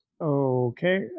Okay